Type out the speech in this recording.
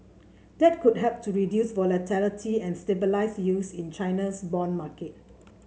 that could help to reduce volatility and stabilise yields in China's bond market